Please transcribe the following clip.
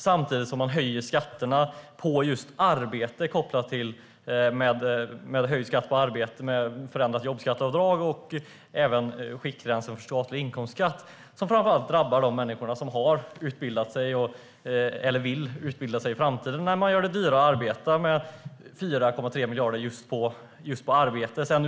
Samtidigt höjer ni skatterna på just arbete kopplat till förändrat jobbskatteavdrag och även skiktgränsen för statlig inkomstskatt. När skatten på arbete höjs med 4,3 miljarder drabbas framför allt de människor som har utbildat sig eller vill utbilda sig i framtiden.